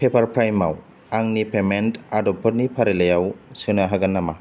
पेपारप्राइआव आंनि पेमेन्ट आदबफोरनि फारिलाइयाव सोनो हागोन नामा